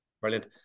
Brilliant